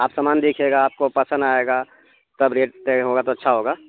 آپ سامان دیکھیے گا آپ کو پسند آئے گا تب ریٹ ہوگا تو اچھا ہوگا